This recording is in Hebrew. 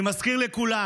אני מזכיר לכולם: